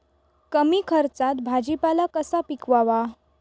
कमी खर्चात भाजीपाला कसा पिकवावा?